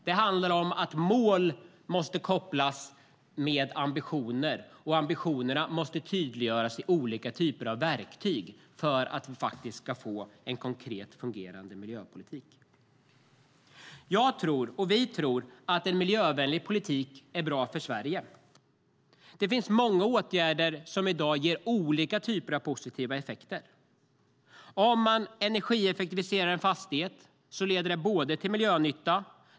Det handlar om att mål måste kopplas till ambitioner, och ambitionerna måste tydliggöras i olika typer av verktyg för att vi ska få en konkret och fungerande miljöpolitik. Jag och vi tror att en miljövänlig politik är bra för Sverige. Det finns många åtgärder som i dag ger olika typer av positiva effekter. Om man energieffektiviserar en fastighet leder det till miljönytta.